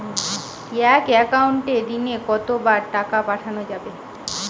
এক একাউন্টে দিনে কতবার টাকা পাঠানো যাবে?